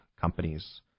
companies